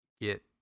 get